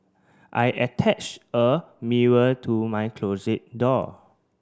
I attach a mirror to my closet door